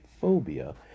phobia